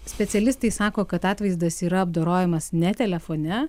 specialistai sako kad atvaizdas yra apdorojamas ne telefone